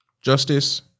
Justice